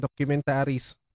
documentaries